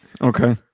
Okay